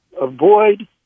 avoid